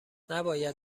نباید